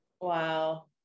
wow